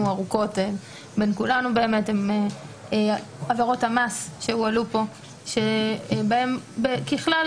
ארוכות בין כולנו ואלה עבירות המס שהועלו כאן בהן ככלל